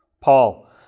Paul